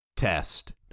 Test